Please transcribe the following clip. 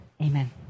Amen